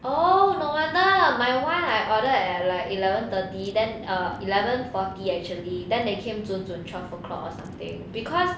oh no wonder lah my [one] I order at like like eleven thirty then err eleven forty actually then they came 准准 twelve o'clock or something because